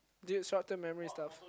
dude short term memories lah